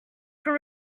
quand